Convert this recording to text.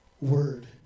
word